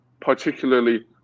particularly